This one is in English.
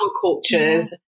cultures